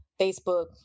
Facebook